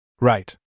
Right